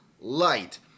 light